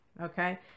Okay